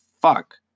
fuck